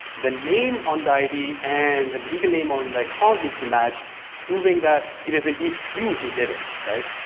the name on the id and the legal name on the account need to match proving that it is indeed you who did it right?